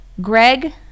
Greg